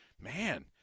man